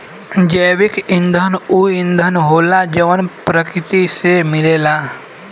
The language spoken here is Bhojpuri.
जैविक ईंधन ऊ ईंधन होला जवन प्रकृति से मिलेला